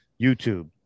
YouTube